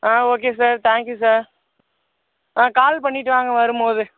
okay sir thank you sir call பண்ணிவிட்டு வாங்க வரும்போது